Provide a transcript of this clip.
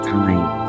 time